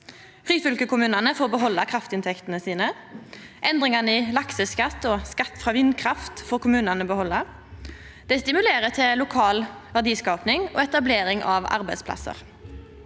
Ryfylke-kommunane får behalda kraftinntektene sine. Endringane i lakseskatt og skatt frå vindkraft får kommunane behalda. Det stimulerer til lokal verdiskaping og etablering av arbeidsplassar